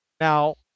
Now